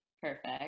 perfect